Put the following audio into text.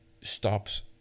stops